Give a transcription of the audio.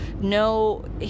no